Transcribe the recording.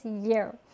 year